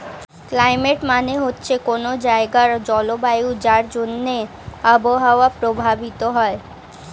climate মানে হচ্ছে কোনো জায়গার জলবায়ু যার জন্যে আবহাওয়া প্রভাবিত হয়